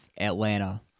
Atlanta